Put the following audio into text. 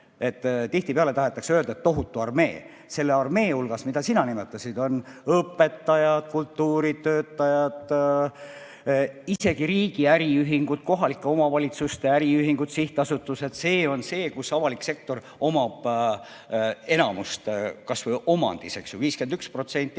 Tihtipeale öeldakse, et tohutu armee. Selle armee hulgas, mida sina nimetasid, on õpetajad, kultuuritöötajad, isegi riigi äriühingud, kohalike omavalitsuste äriühingud, sihtasutused – see on see, kus avalik sektor omab enamust. Kui kas või 51% äriühingust